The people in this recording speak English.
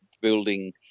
building